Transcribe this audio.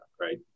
right